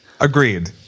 Agreed